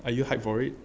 are you hype for it